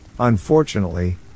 Unfortunately